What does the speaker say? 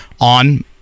on